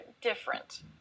different